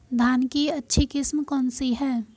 धान की अच्छी किस्म कौन सी है?